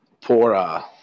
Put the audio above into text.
poor